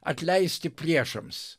atleisti priešams